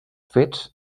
fets